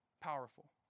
powerful